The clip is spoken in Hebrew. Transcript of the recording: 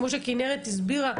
כמו שכנרת הסבירה,